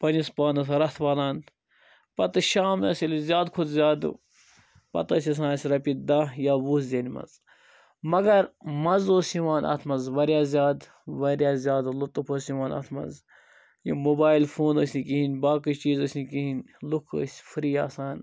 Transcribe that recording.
پَننِس پانَس رَتھ والان پَتہٕ شامنَس ییٚلہ أسۍ زیادٕ کھۄتہٕ زیادٕ پَتہٕ ٲسۍ آسان اسہِ رۄپیہ دٔہ یا وُہ زینمَژ مگر مَزٕ اوس یِوان اَتھ مَنزواریاہ زیادٕ واریاہ زیادٕ لطف اوس یِوان اتھ مَنٛز یِم موبایل فون ٲسۍ نہٕ کِہیٖنۍ باقی چیٖز ٲسۍ نہٕ کِہیٖنۍ لوٗکھ ٲسۍ فرٛی آسان